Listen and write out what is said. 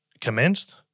commenced